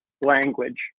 language